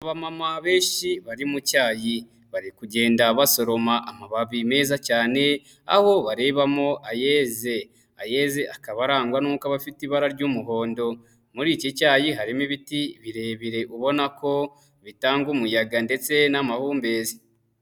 Abamama benshi bari mu cyayi bari kugenda basoroma amababi meza cyane aho barebamo ayeze, ayeze akaba arangwa nuko aba afite ibara ry'umuhondo, muri iki cyayi harimo ibiti birebire ubona ko bitanga umuyaga ndetse n'amahumbezi.